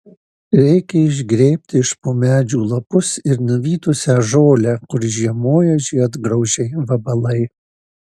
reikia išgrėbti iš po medžių lapus ir nuvytusią žolę kur žiemoja žiedgraužiai vabalai